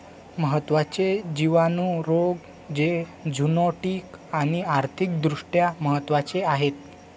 महत्त्वाचे जिवाणू रोग जे झुनोटिक आणि आर्थिक दृष्ट्या महत्वाचे आहेत